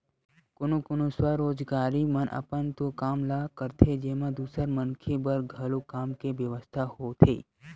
कोनो कोनो स्वरोजगारी मन अपन तो काम ल करथे जेमा दूसर मनखे बर घलो काम के बेवस्था होथे